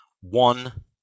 one